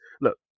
Look